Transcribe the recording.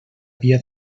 via